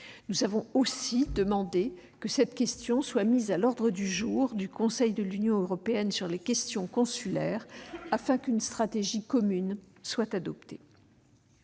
Nous avons aussi demandé que cette question soit mise à l'ordre du jour du Conseil de l'Union européenne sur les questions consulaires, afin qu'une stratégie commune soit adoptée.